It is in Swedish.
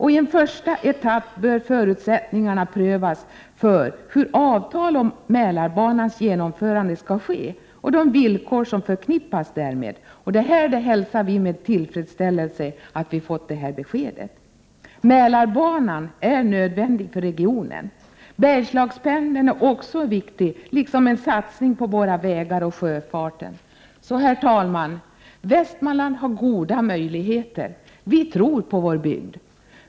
I en första etapp bör förutsättningarna prövas för hur avtal om Mälarbanans genomförande skall ske och de villkor som förknippas därmed. Vi hälsar detta besked med tillfredsställelse. Mälarbanan är nödvändig för regionen. Bergslagspendeln är också viktig liksom en satsning på våra vägar och sjöfarten. Herr talman! Västmanland har goda möjligheter. Vi tror på vår bygd.